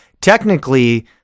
technically